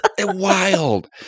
wild